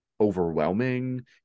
overwhelming